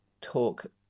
talk